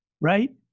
right